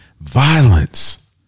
violence